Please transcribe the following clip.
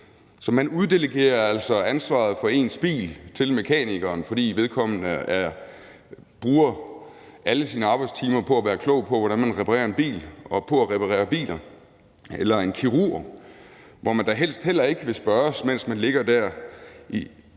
Så man uddelegerer altså ansvaret for ens bil til mekanikeren, fordi vedkommende bruger alle sine arbejdstimer på at være klog på, hvordan man reparerer en bil, og på at reparere biler. Eller det kan være en kirurg, hvor man da helst heller ikke vil spørges, mens man ligger der